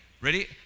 Ready